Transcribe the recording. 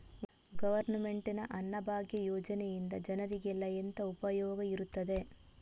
Government ನ ಅನ್ನಭಾಗ್ಯ ಯೋಜನೆಯಿಂದ ಜನರಿಗೆಲ್ಲ ಎಂತ ಉಪಯೋಗ ಇರ್ತದೆ?